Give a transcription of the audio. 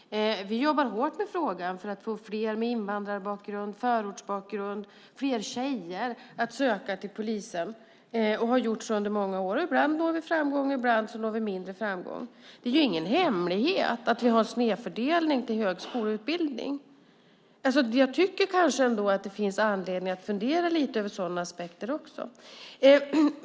Vi jobbar hårt för att få fler med invandrarbakgrund, fler med förortsbakgrund och fler tjejer att söka till polisen och har så gjort under många år. Ibland når vi framgång, ibland når vi mindre framgång. Det är ingen hemlighet att vi har snedfördelning till högskoleutbildning. Jag tycker att det finns anledning att fundera lite över sådana aspekter också.